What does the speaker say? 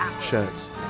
shirts